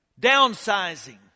Downsizing